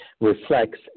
reflects